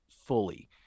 fully